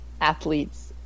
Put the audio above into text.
athletes